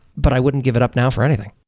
but i wouldn't give it up now for anything.